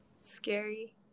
scary